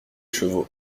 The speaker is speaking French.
chevaux